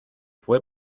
fue